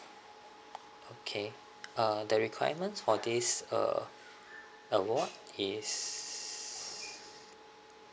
okay uh the requirements for this uh uh what is